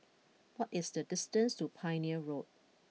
what is the distance to Pioneer Road